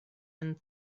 and